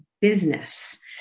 business